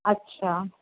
अच्छा